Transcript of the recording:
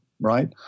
right